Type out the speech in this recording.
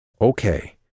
Okay